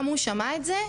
גם הוא שמע את זה.